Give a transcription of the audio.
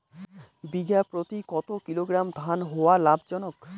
বিঘা প্রতি কতো কিলোগ্রাম ধান হওয়া লাভজনক?